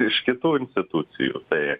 iš kitų institucijų tai